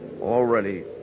Already